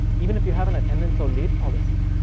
even if you have an attendance or late policy,